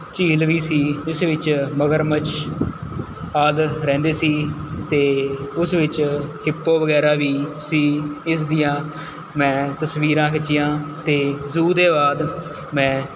ਝੀਲ ਵੀ ਸੀ ਜਿਸ ਵਿੱਚ ਮਗਰਮੱਛ ਆਦਿ ਰਹਿੰਦੇ ਸੀ ਅਤੇ ਉਸ ਵਿੱਚ ਹਿਪੋ ਵਗੈਰਾ ਵੀ ਸੀ ਇਸ ਦੀਆਂ ਮੈਂ ਤਸਵੀਰਾਂ ਖਿੱਚੀਆਂ ਅਤੇ ਜ਼ੂ ਦੇ ਬਾਅਦ ਮੈਂ